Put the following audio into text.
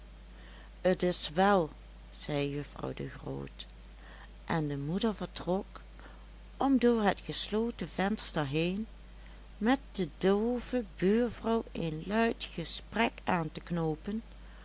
t is wèl zei juffrouw de groot en de moeder vertrok om door het gesloten venster heen met de doove buurvrouw een luid gesprek aan te knoopen